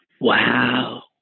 wow